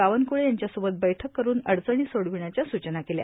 बावनक्ळे यांच्यासोबत बैठक करून अडचणी सोर्डावण्याच्या सूचना केल्या